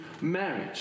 marriage